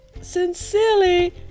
Sincerely